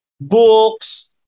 books